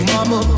Mama